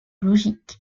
logique